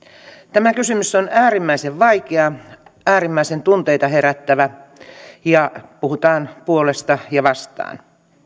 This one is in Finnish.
tämä kysymys on äärimmäisen vaikea äärimmäisen tunteita herättävä ja siitä puhutaan puolesta ja vastaan